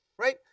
right